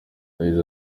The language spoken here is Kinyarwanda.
yagize